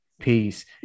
peace